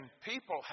people